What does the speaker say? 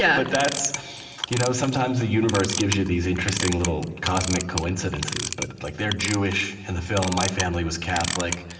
yeah but that's you know sometimes the universe gives you these interesting little cosmic coincidences. but like they're jewish, in the film my family was catholic.